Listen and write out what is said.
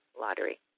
Lottery